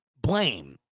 blame